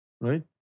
Right